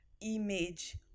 image